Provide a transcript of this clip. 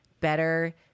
Better